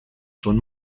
schon